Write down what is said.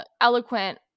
eloquent